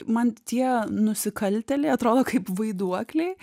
man tie nusikaltėliai atrodo kaip vaiduokliai